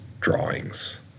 drawings